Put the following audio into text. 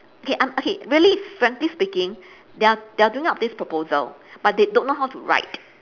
okay I'm okay really frankly speaking they are they are doing up this proposal but they don't know how to write